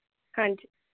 ਹਾਂਜੀ